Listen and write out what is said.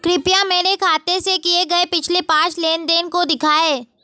कृपया मेरे खाते से किए गये पिछले पांच लेन देन को दिखाएं